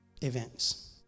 events